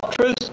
truth